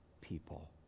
people